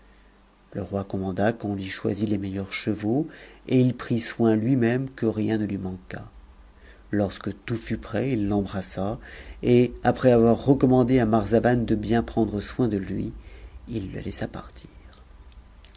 le roi commanda qu'on lui choisît les meilleurs chevaux et il prit soin lui-même que rien ne lui manquât lorsque tout fut prêt it l'embrassa et après avoir recommandé à marvazan de bien prendre soin de lui il le laissa partir